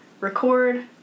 record